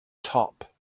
top